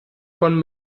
von